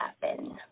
happen